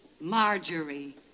Marjorie